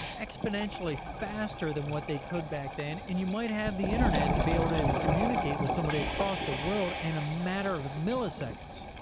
exponentially faster than what they could back then. and you might have the internet to be able to communicate with somebody across the world in a matter of of milliseconds.